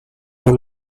por